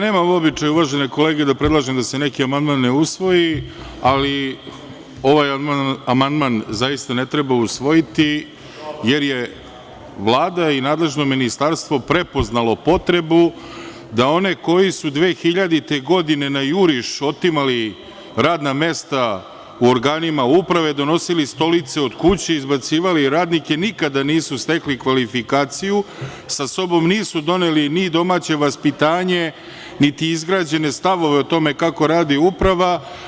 Nemam običaj, uvažene kolege, da predlažem da se neki amandman ne usvoji, ali ovaj amandman zaista ne treba usvojiti jer su Vlada i nadležno ministarstvo prepoznali potrebu da one koji su 2000. godine na juriš otimali radna mesta u organima uprave, donosili stolice od kuće i izbacivali radnike nikada nisu stekli kvalifikaciju, sa sobom nisu doneli ni domaće vaspitanje, niti izgrađene stavove o tome kako radi uprava.